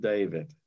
David